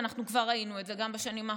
ואנחנו כבר ראינו את זה גם בשנים האחרונות,